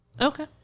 Okay